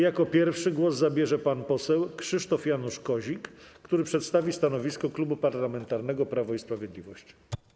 Jako pierwszy głos zabierze pan poseł Krzysztof Janusz Kozik, który przedstawi stanowisko Klubu Parlamentarnego Prawo i Sprawiedliwość.